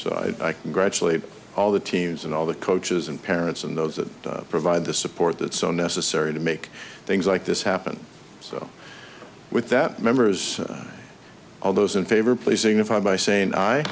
so i congratulate all the teams and all the coaches and parents and those that provide the support that so necessary to make things like this happen so with that members all those in favor of placing a five by saying i